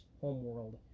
homeworld